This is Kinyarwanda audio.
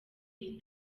iyi